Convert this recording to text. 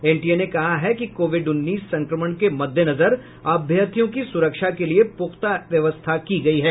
NTA ने कहा है कि कोविड उन्नीस संक्रमण के मद्देनजर अभ्यर्थियों की सुरक्षा के लिये पुख्ता व्यवस्था की गयी है